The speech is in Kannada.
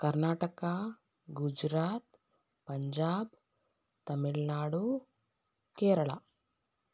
ಕರ್ನಾಟಕ ಗುಜರಾತ್ ಪಂಜಾಬ್ ತಮಿಳ್ನಾಡು ಕೇರಳ